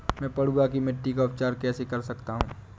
मैं पडुआ की मिट्टी का उपचार कैसे कर सकता हूँ?